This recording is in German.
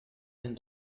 den